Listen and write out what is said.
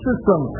System